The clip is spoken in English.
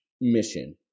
mission